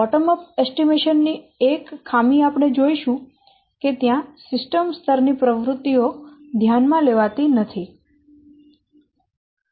bottom up અંદાજ ની એક ખામી આપણે જોઈશું કે ત્યાં સિસ્ટમ સ્તર ની પ્રવૃત્તિઓ ધ્યાનમાં લેવાતી નથી